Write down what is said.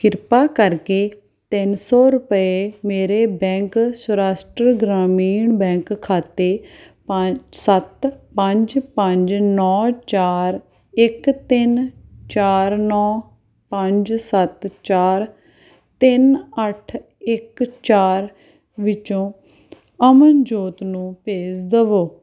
ਕਿਰਪਾ ਕਰਕੇ ਤਿੰਨ ਸੌ ਰੁਪਏ ਮੇਰੇ ਬੈਂਕ ਸੌਰਾਸ਼ਟਰ ਗ੍ਰਾਮੀਣ ਬੈਂਕ ਖਾਤੇ ਪੰਜ ਸੱਤ ਪੰਜ ਪੰਜ ਨੌ ਚਾਰ ਇੱਕ ਤਿੰਨ ਚਾਰ ਨੌ ਪੰਜ ਸੱਤ ਚਾਰ ਤਿੰਨ ਅੱਠ ਇੱਕ ਚਾਰ ਵਿੱਚੋਂ ਅਮਨਜੋਤ ਨੂੰ ਭੇਜ ਦਵੋ